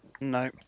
No